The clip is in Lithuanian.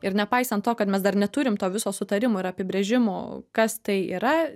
ir nepaisant to kad mes dar neturim to viso sutarimo ir apibrėžimo kas tai yra